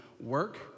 Work